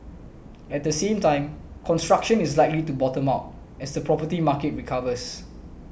at the same time construction is likely to bottom out as the property market recovers